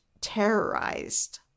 Terrorized